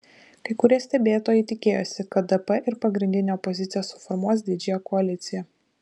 kai kurie stebėtojai tikėjosi kad dp ir pagrindinė opozicija suformuos didžiąją koaliciją